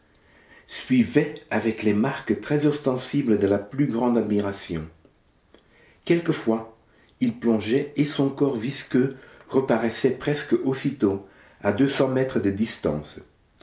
suivaient avec les marques très ostensibles de la plus grande admiration quelquefois il plongeait et son corps visqueux reparaissait presque aussitôt à deux cents mètres de distance